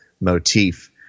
motif